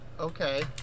okay